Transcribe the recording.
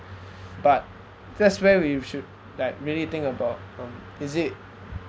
but that's where we should like really think about um is it